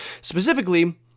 Specifically